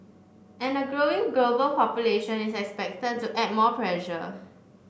and a growing global population is expected to add more pressure